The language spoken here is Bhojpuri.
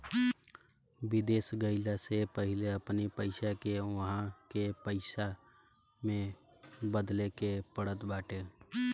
विदेश गईला से पहिले अपनी पईसा के उहवा के पईसा में बदले के पड़त बाटे